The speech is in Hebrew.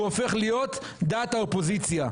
הוא הופך להיות דעת האופוזיציה.